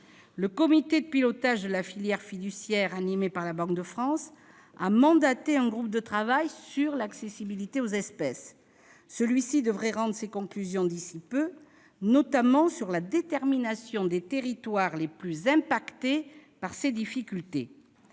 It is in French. Le comité de pilotage de la filière fiduciaire, animé par la Banque de France, a mandaté un groupe de travail sur l'accessibilité aux espèces. Celui-ci devrait rendre ses conclusions d'ici peu, notamment sur la détermination des territoires les plus affectés par ces difficultés.